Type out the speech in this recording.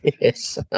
Yes